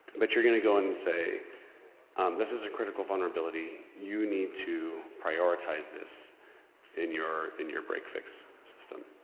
but you're gonna go in and say uhm um this is a critical vulnerability, you need to prioritize this in your, in your break fix system.